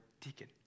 deacon